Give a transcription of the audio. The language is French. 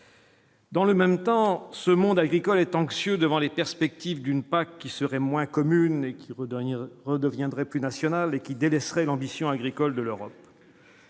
Dans le même temps, ce monde agricole est anxieux devant les perspectives d'une PAC qui seraient moins commune et qui redonnent redeviendrait plus national et qui délaisse réelle ambition agricole de l'Europe.